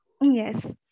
Yes